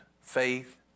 Faith